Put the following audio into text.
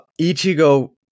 Ichigo